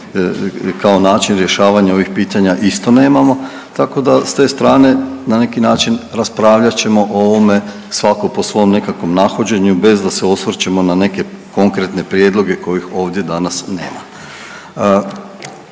kao način rješavanja ovih pitanja isto nemamo, tako da s te strane na neki način raspravljat ćemo o ovome svako po svom nekakvom nahođenju bez da se osvrćemo na neke konkretne prijedloge kojih ovdje danas nema.